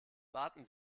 warten